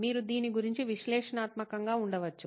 మీరు దీని గురించి విశ్లేషణాత్మకంగా ఉండవచ్చు